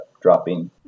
dropping